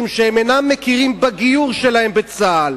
משום שהם אינם מכירים בגיור שלהם בצה"ל.